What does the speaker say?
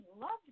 loved